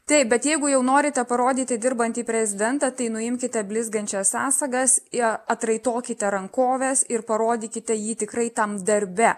taip bet jeigu jau norite parodyti dirbantį prezidentą tai nuimkite blizgančias sąsagas ir atraitokite rankoves ir parodykite jį tikrai tam darbe